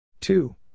Two